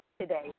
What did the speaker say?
today